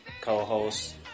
co-host